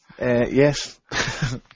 Yes